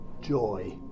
joy